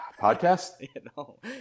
podcast